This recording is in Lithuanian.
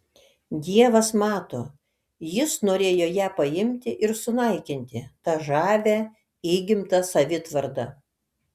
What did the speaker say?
dievas mato jis norėjo ją paimti ir sunaikinti tą žavią įgimtą savitvardą